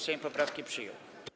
Sejm poprawki przyjął.